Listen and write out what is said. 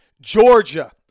Georgia